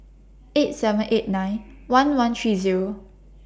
eight seven eight nine one one three Zero